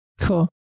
Cool